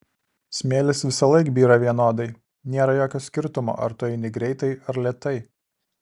smėlis visąlaik byra vienodai nėra jokio skirtumo ar tu eini greitai ar lėtai